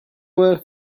were